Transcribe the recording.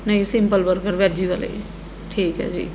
ਨਹੀਂ simple burger veggie ਵਾਲੇ ਠੀਕ ਹੈ ਜੀ